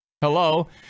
hello